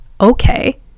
okay